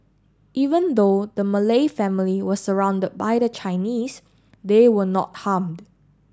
even though the Malay family was surrounded by the Chinese they were not harmed